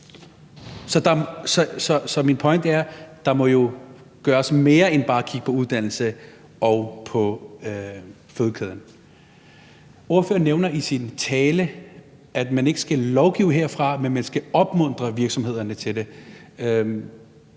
Så min pointe er, at der jo må gøres mere end bare at kigge på uddannelse og på fødekæden. Ordføreren nævner i sin tale, at man ikke skal lovgive herfra, men at man skal opmuntre virksomhederne til det.